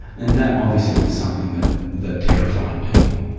and that obviously was something that that terrified people.